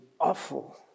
awful